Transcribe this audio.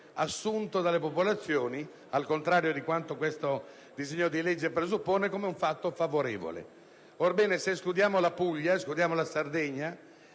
assunta dalle popolazioni (al contrario di quanto questo disegno di legge presuppone), come un fatto favorevole. Se escludiamo la Puglia, la Sardegna